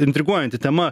intriguojanti tema